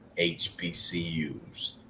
HBCUs